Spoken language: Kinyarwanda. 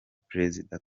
perezida